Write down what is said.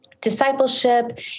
discipleship